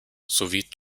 sowie